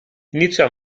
iniziò